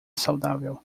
saudável